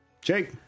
Jake